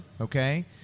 okay